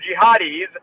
Jihadis